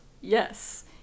yes